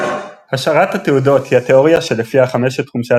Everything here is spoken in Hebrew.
השערת התעודות היא התאוריה שלפיה חמשת חומשי